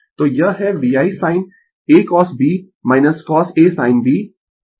तो यह है VI sin a cos b cos a sin b सूत्र